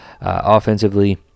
offensively